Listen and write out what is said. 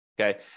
okay